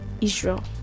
Israel